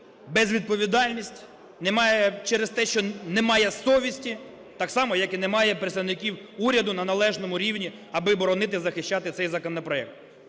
безвідповідальність, немає через те, що немає совісті. Так само, як і немає представників уряду на належному рівні, аби боронити і захищати цей законопроект.